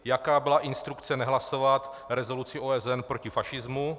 Jaká byla instrukce nehlasovat rezoluci OSN proti fašismu?